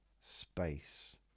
space